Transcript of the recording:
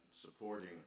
supporting